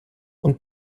und